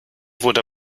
wurde